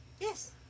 Yes